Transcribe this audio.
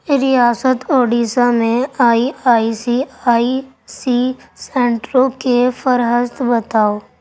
ریاست اڈیسہ میں I I C I C سنٹروں کے فہرست بتاؤ